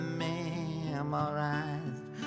memorized